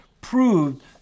proved